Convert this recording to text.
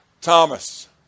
Thomas